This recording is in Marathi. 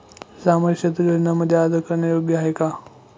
सामाजिक क्षेत्र योजनांमध्ये अर्ज करणे योग्य आहे का?